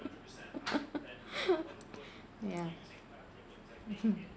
ya